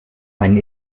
einen